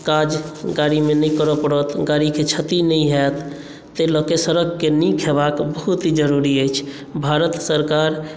काज गाड़ीमे नहि करऽ पड़त गाड़ीकेँ क्षति नहि होयत ताहि लऽ कऽ सड़ककेँ नीक होयबाक बहुत जरुरी अछि भारत सरकार